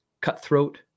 cutthroat